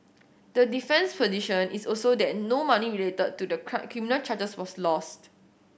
the defense position is also that no money related to the charges was lost